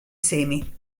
semi